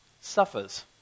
suffers